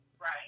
Right